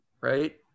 right